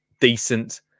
decent